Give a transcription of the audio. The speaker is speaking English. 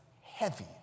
heavy